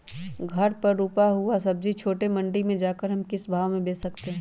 घर पर रूपा हुआ सब्जी छोटे मंडी में जाकर हम किस भाव में भेज सकते हैं?